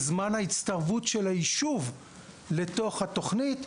זמן ההצטרפות של היישוב לתוך התוכנית,